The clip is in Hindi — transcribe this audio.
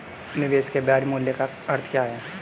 निवेश के ब्याज मूल्य का अर्थ क्या है?